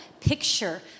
picture